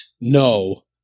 no